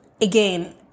again